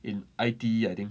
in I_T_E I think